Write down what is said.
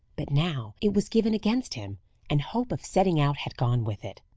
but now it was given against him and hope of setting out had gone with it.